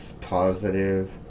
positive